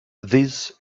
these